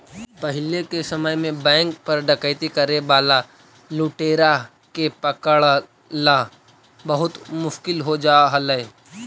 पहिले के समय में बैंक पर डकैती करे वाला लुटेरा के पकड़ला बहुत मुश्किल हो जा हलइ